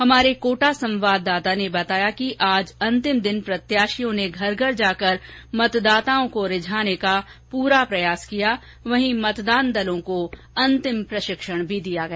हमारे कोटा संवाददाता ने बताया कि आज अंतिम दिन प्रत्याशियों ने घर घर जाकर मतदाताओं को रिझाने का पूरा प्रयास किया वहीं मतदान दलों को अंतिम प्रशिक्षण दिया गया